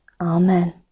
Amen